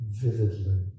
vividly